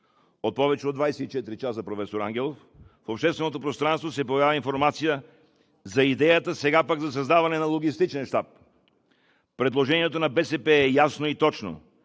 От повече от 24 часа, професор Ангелов, в общественото пространство се появява информация за идеята сега пък за създаване на логистичен щаб. Предложението на БСП е ясно и точно: